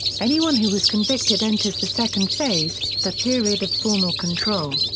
anyone who is convicted enters the second phase, the period of formal control.